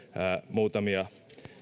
muutamia